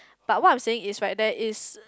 but what I'm saying is right there is